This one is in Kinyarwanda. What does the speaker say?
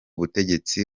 butegetsi